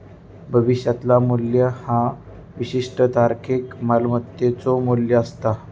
भविष्यातला मू्ल्य ह्या विशिष्ट तारखेक मालमत्तेचो मू्ल्य असता